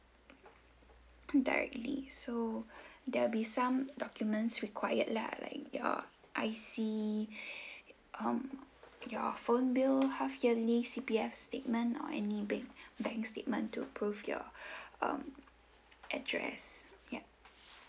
directly so there'll be some documents required lah like your I_C um your phone bill half yearly C_P_F statement or any bank bank statement to prove your um address ya